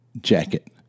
jacket